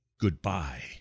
goodbye